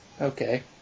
Okay